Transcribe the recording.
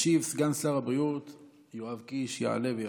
ישיב סגן שר הבריאות יואב קיש:, יעלה ויבוא.